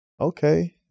okay